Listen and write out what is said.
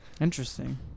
Interesting